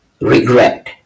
regret